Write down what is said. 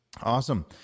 awesome